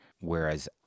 Whereas